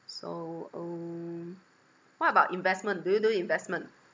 so um what about investment do you do investment